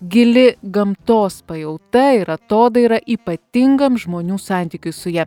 gili gamtos pajauta ir atodaira ypatingam žmonių santykiui su ja